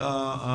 לגבי